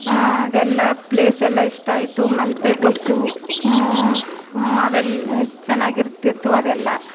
ಅದೆಲ್ಲ ಪ್ಲೇಸ್ ಎಲ್ಲ ಇಷ್ಟ ಆಯಿತು ಮಲ್ಪೆ ಬೀಚು ಅವೆಲ್ಲ ಚೆನ್ನಾಗಿರ್ತಿತ್ತುಅದೆಲ್ಲ